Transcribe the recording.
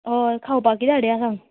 हय खावपाक किदें हाडयां सांग